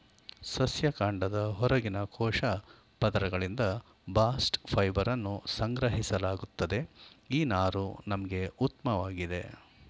ಸಸ್ಯ ಕಾಂಡದ ಹೊರಗಿನ ಕೋಶ ಪದರಗಳಿಂದ ಬಾಸ್ಟ್ ಫೈಬರನ್ನು ಸಂಗ್ರಹಿಸಲಾಗುತ್ತದೆ ಈ ನಾರು ನಮ್ಗೆ ಉತ್ಮವಾಗಿದೆ